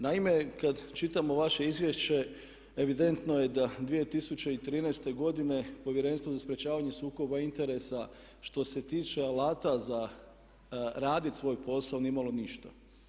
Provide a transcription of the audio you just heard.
Naime, kad čitamo vaše izvješće evidentno je da 2013. godine Povjerenstvo za sprječavanje sukoba interesa što se tiče alata za raditi svoj posao nije imalo ništa.